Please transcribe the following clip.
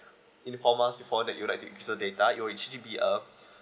inform us before that you would like to increases data it will actually be uh